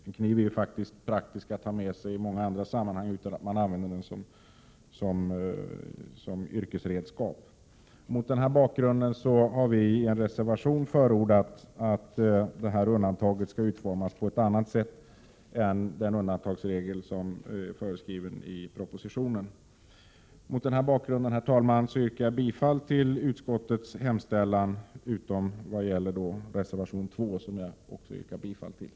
En kniv är praktisk att ha med sig i många sammanhang, utan att man använder den som yrkesredskap. Mot denna bakgrund har vi i en reservation förordat att regeln om detta undantag skall utformas på ett annat sätt än som föreslås i propositionen. Herr talman! Jag yrkar bifall till reservation 2 och i övrigt till utskottets hemställan.